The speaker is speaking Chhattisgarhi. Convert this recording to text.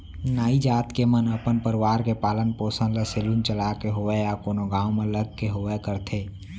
नाई जात के मन अपन परवार के पालन पोसन ल सेलून चलाके होवय या कोनो गाँव म लग के होवय करथे